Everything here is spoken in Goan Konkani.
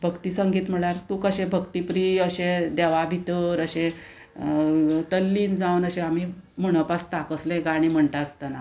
भक्ती संगीत म्हळ्यार तूं कशें भक्तीप्रीय अशें देवा भितर अशें तल्लीन जावन अशें आमी म्हणप आसता कसलेंय गाणी म्हणटा आसतना